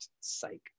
Psych